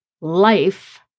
life